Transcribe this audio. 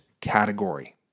category